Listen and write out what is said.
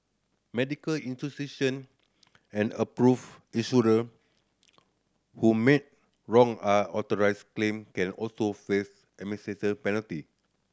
medical institution and approved insurer who make wrong are authorised claim can also face penalty